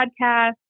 podcast